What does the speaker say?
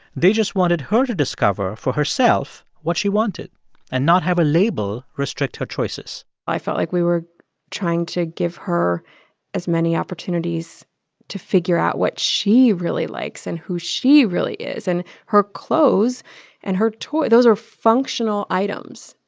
they just wanted her to discover for herself what she wanted and not have a label restrict her choices i felt like we were trying to give her as many opportunities to figure out what she really likes and who she really is, and her clothes and her toy those are functional items.